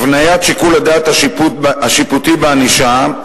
(הבניית שיקול הדעת השיפוטי בענישה),